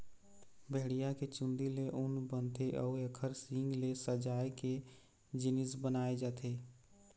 भेड़िया के चूंदी ले ऊन बनथे अउ एखर सींग ले सजाए के जिनिस बनाए जाथे